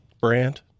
brand